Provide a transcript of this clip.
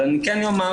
אבל אני כן אומר,